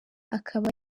akaba